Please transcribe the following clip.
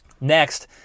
Next